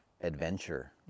adventure